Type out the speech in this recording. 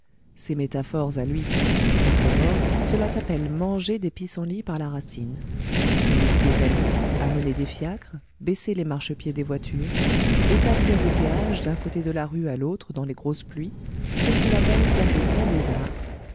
ses métaphores à lui être mort cela s'appelle manger des pissenlits par la racine ses métiers à lui amener des fiacres baisser les marchepieds des voitures établir des péages d'un côté de la rue à l'autre dans les grosses pluies ce qu'il appelle faire des ponts des arts